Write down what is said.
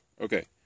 Okay